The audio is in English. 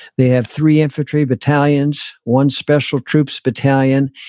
they have three infantry battalions, one special troops battalion,